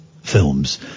films